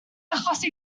achosi